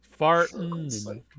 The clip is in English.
farting